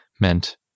meant